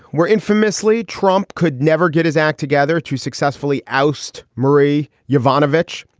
where infamously trump could never get his act together to successfully oust marie jovanovic.